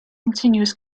continuous